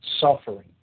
suffering